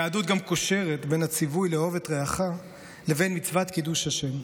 היהדות גם קושרת בין הציווי לאהוב את רעך לבין מצוות קידוש השם.